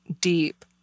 deep